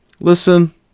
listen